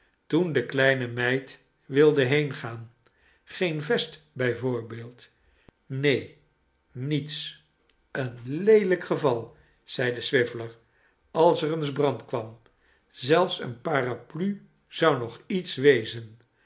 toen de kleine meid wilde heengaan geen vest bij voorbeeld neen niets een leelijk geval zeide swiveller als er eens brand kwam zelfs eene paraplu zou nog iets wezen